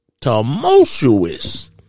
tumultuous